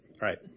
Right